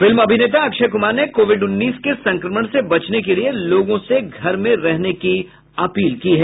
film अभिनेता अक्षय कुमार ने Covid उन्नीस के संक्रमण से बचने के लिए लोगों से घर में रहने की अपील की है